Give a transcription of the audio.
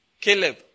Caleb